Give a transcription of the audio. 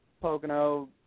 Pocono